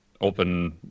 open